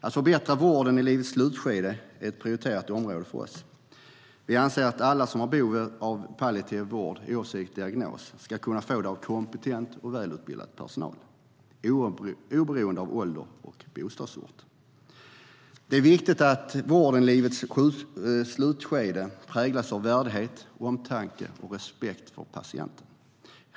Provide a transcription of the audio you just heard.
Att förbättra vården i livets slutskede är ett prioriterat område för oss. Vi anser att alla som har behov av palliativ vård oavsett diagnos ska kunna få det av kompetent och välutbildad personal och oberoende av ålder och bostadsort. Det är viktigt att vården vid livets slutskede präglas av värdighet, omtanke och respekt för patienten.